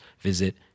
visit